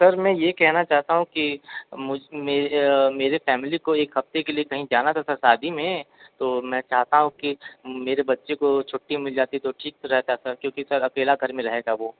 sir मैं ये कहना चाहता हूँ कि मेरे फ़ैमिली को एक हफ्ते के लिए कहीं जाना था सर शादी में तो मैं चाहता हूँ कि मेरे बच्चे को छुट्टी मिल जाती तो ठीक रहता सर क्योंकि सर अकेला घर में रहेगा वो